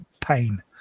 pain